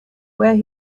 where